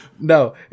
No